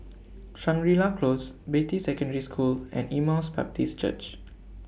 Shangri La Close Beatty Secondary School and Emmaus Baptist Church